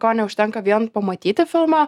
ko neužtenka vien pamatyti filmą